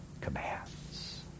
commands